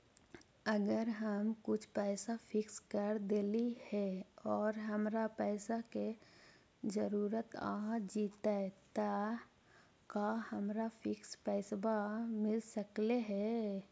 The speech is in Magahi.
अगर हम कुछ पैसा फिक्स कर देली हे और हमरा पैसा के जरुरत आ जितै त का हमरा फिक्स पैसबा मिल सकले हे?